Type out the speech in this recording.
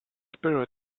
spirit